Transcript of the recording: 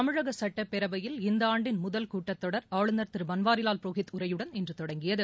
தமிழக சட்டப்பேரவையில் இந்த ஆண்டின் முதல் கூட்டத்தொடர் ஆளுநர் திரு பன்வாரிலால் புரோஹித் உரையுடன் இன்று தொடங்கியது